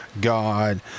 God